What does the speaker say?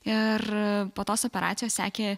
ir po tos operacijos sekė